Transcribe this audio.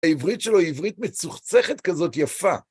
העברית שלו היא עברית מצוחצחת כזאת יפה.